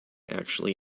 actually